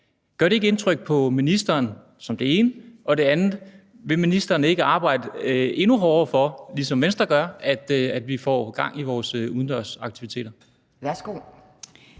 Gør det ikke indtryk på ministeren? Det var det ene spørgsmål. Og det andet er: Vil ministeren ikke arbejde endnu hårdere for, ligesom Venstre gør, at vi får gang i vores udendørsaktiviteter?